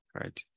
right